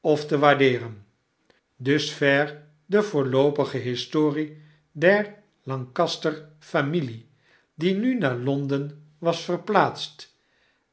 of te waardeeren dusver de voorloopige historie der lancastersche familie die nunaar lon den was verplaatst